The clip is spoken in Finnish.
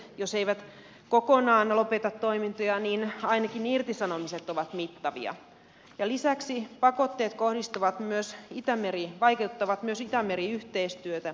jos eivät suomalaiset yritykset kokonaan lopeta toimintoja niin ainakin irtisanomiset ovat mittavia ja lisäksi pakotteet vaikeuttavat myös itämeri yhteistyötä